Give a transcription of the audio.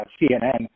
CNN